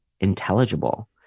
intelligible